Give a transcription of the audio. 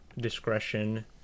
discretion